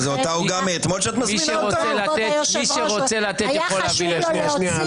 לחזור בך מהמתקפה על יאיר לפיד.